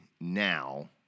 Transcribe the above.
now